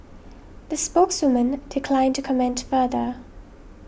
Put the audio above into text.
the spokeswoman declined to comment further